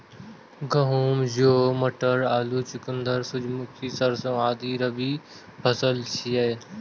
गहूम, जौ, मटर, आलू, चुकंदर, सूरजमुखी, सरिसों आदि रबी फसिल छियै